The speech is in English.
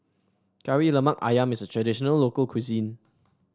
Kari Lemak ayam is a traditional local cuisine